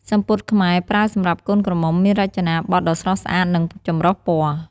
សំពត់ខ្មែរប្រើសម្រាប់កូនក្រមុំមានរចនាបថដ៏ស្រស់ស្អាតនិងចម្រុះពណ៌។